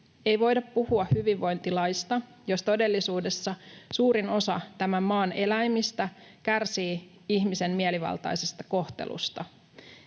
Ei voida puhua hyvinvointilaista, jos todellisuudessa suurin osa tämän maan eläimistä kärsii ihmisen mielivaltaisesta kohtelusta;